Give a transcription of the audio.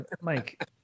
Mike